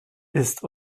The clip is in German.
ist